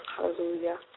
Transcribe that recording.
Hallelujah